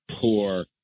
poor